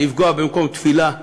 לפגוע במקום תפילה,